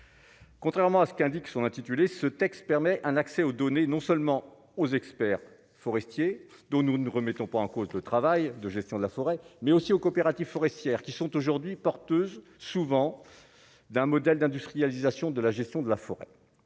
Contrairement à ce qu'indique son intitulé, ce texte permet un accès aux données non seulement aux experts forestiers dont nous ne remettons pas en cause le travail de gestion de la forêt mais aussi aux coopératives forestières qui sont aujourd'hui porteuses souvent d'un modèle d'industrialisation de la gestion de la forêt,